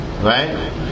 right